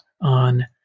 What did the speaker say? on